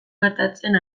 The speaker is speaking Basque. gertatzen